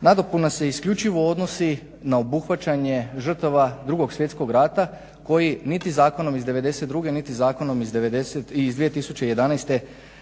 Nadopuna se isključivo odnosi na obuhvaćanje žrtava Drugog svjetskog rata koji niti zakonom iz '92., niti zakonom iz 2011.